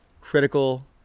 critical